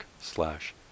slash